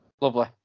Lovely